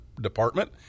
department